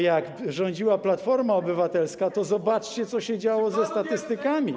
Jak rządziła Platforma Obywatelska, zobaczcie, co się działo ze statystykami.